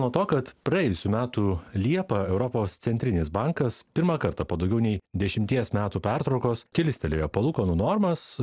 nuo to kad praėjusių metų liepą europos centrinis bankas pirmą kartą po daugiau nei dešimties metų pertraukos kilstelėjo palūkanų normas